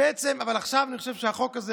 אבל עכשיו אני חושב שהחוק הזה